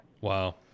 Wow